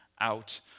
out